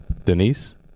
Denise